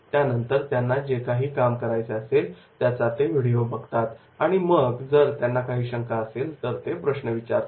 त्यानंतर त्यांना जे काही काम करायचे असेल त्याचा ते व्हिडिओ बघतात आणि मग जर त्यांना काही शंका असेल तर ते प्रश्न विचारतात